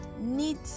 need